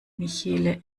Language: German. michelle